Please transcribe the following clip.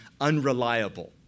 unreliable